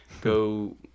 go